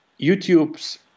YouTube's